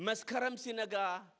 must cut i'm seeing a guy